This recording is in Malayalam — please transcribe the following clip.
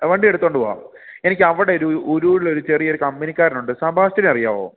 വണ്ടി എടുത്തോണ്ട് പോവാം എനിക്കവടൊരു ഉഴൂരിലൊരു ചെറിയൊരു കമ്പനികാരനുണ്ട് സെബാസ്റ്റിനെ അറിയാവോ